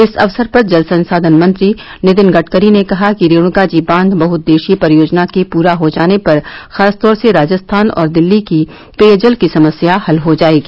इस अवसर पर जल संसाधन मंत्री नितिन गडकरी ने कहा कि रेणुकाजी बांध बहुउद्देशीय परियोजना के पूरा हो जाने पर खासतौर से राजस्थान और दिल्ली की पेयजल की समस्या हल हो जायेगी